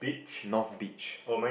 north beach